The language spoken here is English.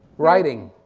writing.